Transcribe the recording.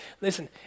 listen